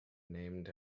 named